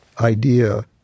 idea